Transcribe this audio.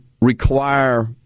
require